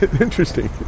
Interesting